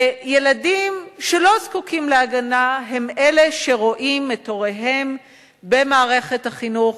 וילדים שלא זקוקים להגנה הם שרואים את הוריהם במערכת החינוך,